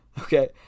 okay